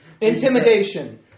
Intimidation